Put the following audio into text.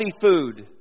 food